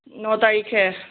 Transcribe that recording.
ন তাৰিখে